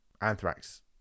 Anthrax